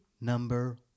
number